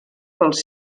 pels